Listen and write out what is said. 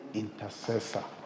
intercessor